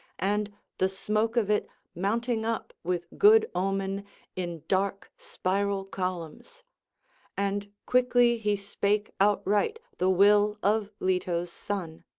and the smoke of it mounting up with good omen in dark spiral columns and quickly he spake outright the will of leto's son